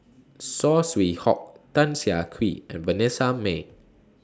Saw Swee Hock Tan Siah Kwee and Vanessa Mae